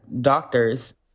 doctors